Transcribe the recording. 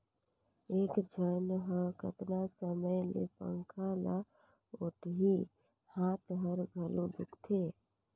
एक झन ह कतना समय ले पंखा ल ओटही, हात हर घलो दुखते